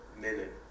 minute